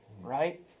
Right